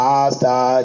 Master